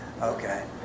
Okay